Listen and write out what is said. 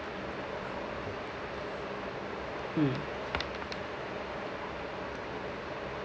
mm